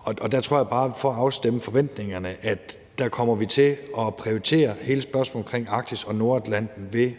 og der tror jeg bare, for at afstemme forventningerne, at vi kommer til at prioritere hele spørgsmålet omkring Arktis og Nordatlanten ved